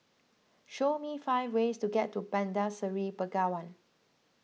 show me five ways to get to Bandar Seri Begawan